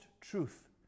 Truth